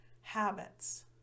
habits